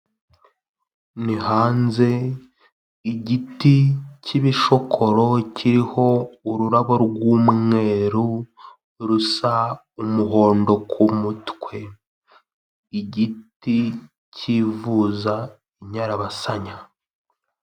Ni hanze igiti cy'ibishokoro kiriho ururabo rw'umweru rusa umuhondo ku mutwe ,igiti cyivuza inyarabasanya.